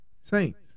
Saints